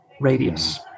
radius